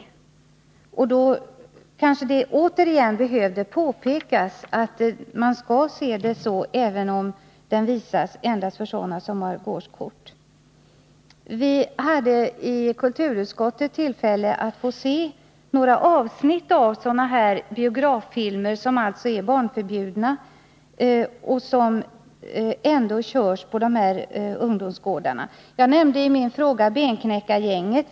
Det behöver därför kanske återigen påpekas att filmvisning på ungdomsoch fritidsgårdar skall betraktas som offentlig, även om den bara är öppen för dem som har gårdskort. Vii kulturutskottet hade tillfälle att få se några avsnitt av biograffilmer som är barnförbjudna men ändå visas på ungdomsgårdarna. Jag nämnde i min fråga filmen Benknäckargänget.